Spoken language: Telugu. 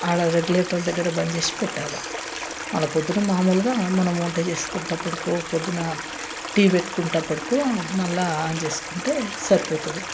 అక్కడ రెగ్యులేటర్ దగ్గర బంద్ చేసి పెట్టాలి మళ్ళా పొద్దుట మాములుగా మనం వంట చేసుకునేటప్పుడుకు పొద్దున టీ పెట్టుకునేటప్పుడుకు మళ్ళా ఆన్ చేసుకుంటే సరిపోతుంది